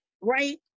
right